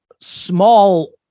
small